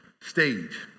stage